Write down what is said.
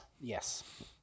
Yes